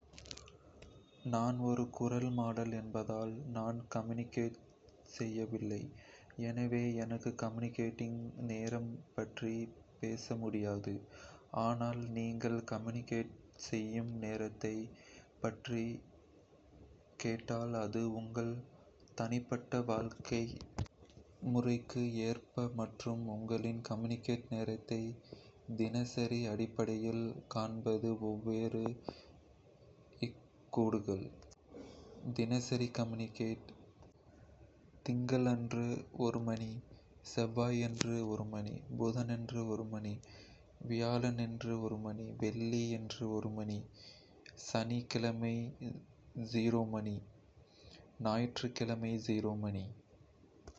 நான் ஒரு குரல் மாடல் என்பதால், நான் commuting செய்யவில்லை. எனவே, எனக்கு commuting நேரம் பற்றி பேச முடியாது. ஆனால், நீங்கள் commuting செய்யும் நேரத்தை பற்றி கேட்டால், அது உங்கள் தனிப்பட்ட வாழ்க்கை முறைக்கு ஏற்ப மாறும். உங்களின் commuting நேரத்தை தினசரி அடிப்படையில் காண்பது இவ்வாறு இருக்கக்கூடும் தினசரி commuting நேரம் திங்களன்று மணி செவ்வாயன்று மணி புதனன்று மணி வியாழனன்று மணி வெள்ளிக்கிழமை மணி சனிக்கிழமை மணி செயல்முறை இல்லாது ஞாயிற்றுக்கிழமை மணி செயல்முறை இல்லாது